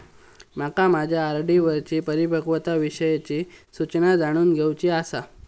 माका माझ्या आर.डी वरची माझी परिपक्वता विषयची सूचना जाणून घेवुची आसा